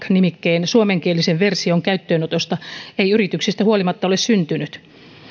nimikkeen suomenkielisen version käyttöönotosta ei yrityksistä huolimatta ole syntynyt